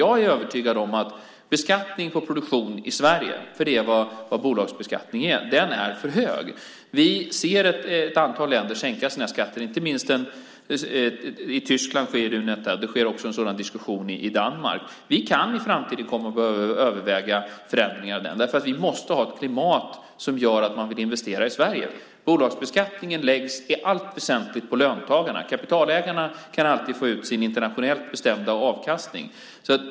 Jag är övertygad om att beskattningen på produktion i Sverige, för det är vad bolagsbeskattning är, är för hög. Vi ser ett antal länder sänka sina skatter. Inte minst i Tyskland sker detta. Det finns också en sådan diskussion i Danmark. Vi kan i framtiden komma att behöva överväga förändringar i bolagsskatten. Vi måste ha ett klimat som gör att man vill investera i Sverige. Bolagsbeskattningen läggs i allt väsentligt på löntagarna. Kapitalägarna kan alltid få ut sin internationellt bestämda avkastning.